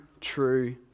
true